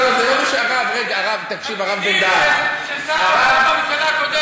הפקידים של שר האוצר בממשלה הקודמת.